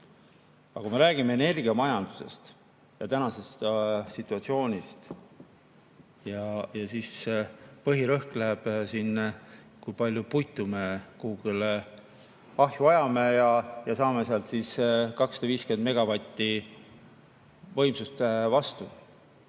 Aga kui me räägime energiamajandusest ja tänasest situatsioonist, siis põhirõhk läheb sinna, kui palju puitu me kuhugile ahju ajame ja saame sealt siis 250 megavatti võimsust vastu.